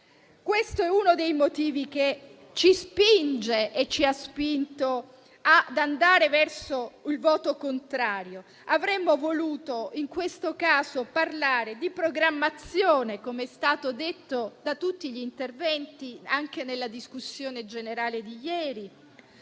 Questo è uno dei motivi che ci spinge e che ci ha spinto ad andare verso il voto contrario. Avremmo voluto, in questo caso, parlare di programmazione, come è stato detto in tutti gli interventi, anche nella discussione generale di ieri,